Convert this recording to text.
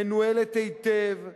מנוהלת היטב,